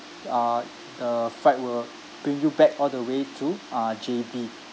uh uh flight will bring you back all the way to uh J_B